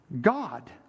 God